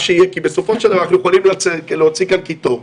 בסופו של דבר אנחנו יכולים להוציא כאן קיטור,